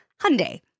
Hyundai